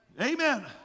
Amen